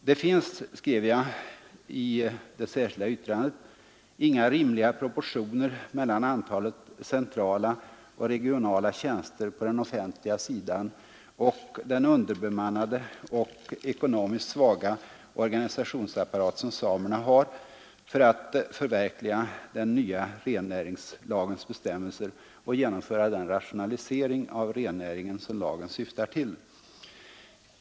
”Det finns,” skrev jag i det särskilda yttrandet, ”inga rimliga proportioner mellan antalet centrala och regionala tjänster på den offentliga sidan och den underbemannade och ekonomiskt svaga organisationsapparat som samerna har för att förverkliga den nya rennäringslagens bestämmelser och genomföra den rationalisering av rennäringen som lagen syftar till”.